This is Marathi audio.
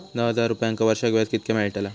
दहा हजार रुपयांक वर्षाक व्याज कितक्या मेलताला?